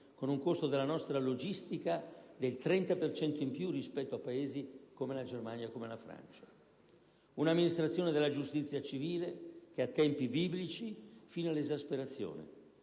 con un costo della nostra logistica del 30 per cento in più rispetto a Paesi come la Germania e come la Francia; un'amministrazione della giustizia civile che ha tempi biblici, fino all'esasperazione;